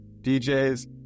DJs